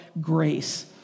grace